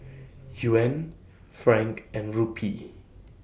Yuan Franc and Rupee